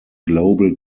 global